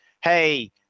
Hey